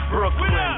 Brooklyn